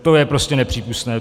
To je prostě nepřípustné.